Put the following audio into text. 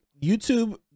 YouTube